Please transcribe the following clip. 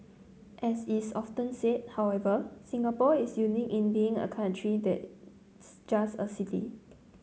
as is often said however Singapore is unique in being a country that's just a city